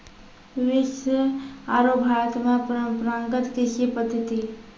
विश्व आरो भारत मॅ परंपरागत कृषि पद्धति